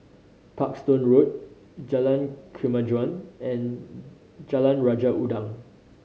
Parkstone Road Jalan Kemajuan and Jalan Raja Udang